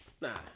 Nah